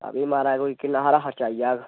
हां जी महाराज कोई कि'न्ना हारा खर्चा आई जाह्ग